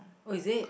oh is it